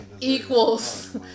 equals